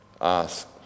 ask